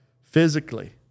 physically